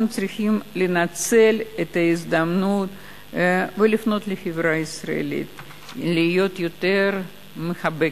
אנחנו צריכים לנצל את ההזדמנות ולפנות לחברה הישראלית להיות יותר מחבקת,